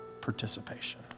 participation